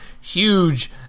huge